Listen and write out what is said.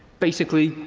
basically,